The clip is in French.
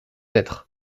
être